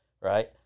Right